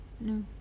No